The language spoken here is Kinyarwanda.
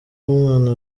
umwana